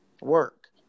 work